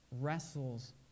wrestles